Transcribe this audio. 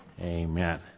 Amen